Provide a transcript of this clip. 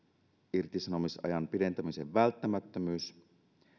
irtisanomisajan pidentämisen välttämättömyys